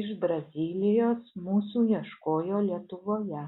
iš brazilijos mūsų ieškojo lietuvoje